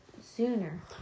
sooner